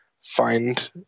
find